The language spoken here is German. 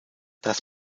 das